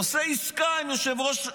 עושה עסקה עם יושב-ראש,